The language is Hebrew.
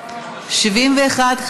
סעיפים 1 2 נתקבלו.